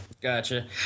Gotcha